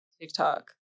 TikTok